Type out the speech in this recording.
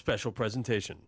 special presentation